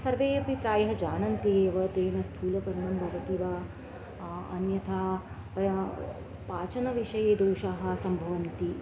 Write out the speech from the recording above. सर्वे अपि प्रायः जानन्ति एव तेन स्थूलं भवति वा अन्यथा पाचनविषये दोषाः सम्भवन्ति